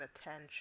attention